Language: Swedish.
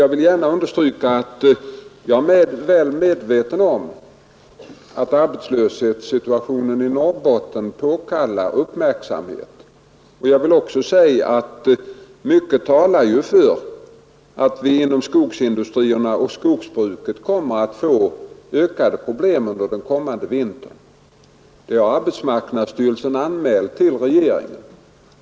Jag är väl medveten om att arbetslöshetssituationen i Norrbotten påkallar uppmärksamhet. Mycket talar för att vi inom skogsindustrierna och skogsbruket kommer att få ökade problem under den kommande vintern. Det har arbetsmarknadsstyrelsen anmält till regeringen.